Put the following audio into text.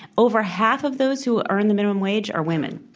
over half of those who earn the minimum wage are women,